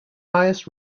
highest